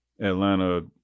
Atlanta